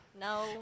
No